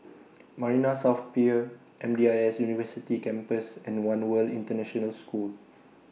Marina South Pier M D I S University Campus and one World International School